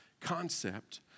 concept